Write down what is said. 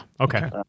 Okay